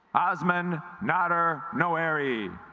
osmond not her no airy